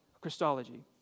Christology